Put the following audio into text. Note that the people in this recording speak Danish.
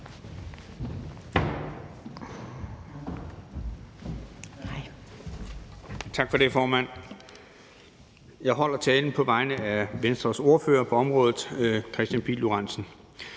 Tak for det, formand. Jeg holder talen på vegne af Venstres ordfører på området, Kristian Pihl Lorentzen.